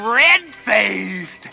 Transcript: red-faced